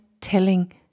telling